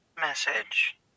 message